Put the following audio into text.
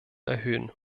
erhöhen